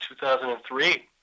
2003